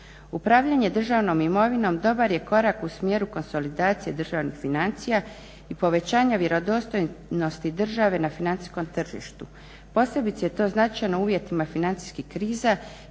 Upravljanje državnom imovinom dobar je korak u smjeru konsolidacije državnih financija i povećanja vjerodostojnosti države na financijskom tržištu. Posebice je to značajno u uvjetima financijskih kriza